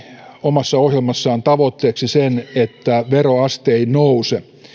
omassa ohjelmassaan tavoitteeksi sen että veroaste ei nouse